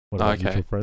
Okay